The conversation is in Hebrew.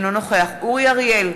אינו נוכח אורי אריאל,